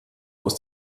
aus